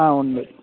ആ ഉണ്ട്